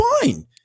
fine